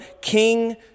king